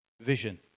vision